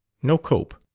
no cope.